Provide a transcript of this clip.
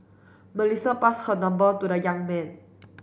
Melissa passed her number to the young man